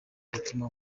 gutuma